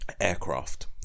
Aircraft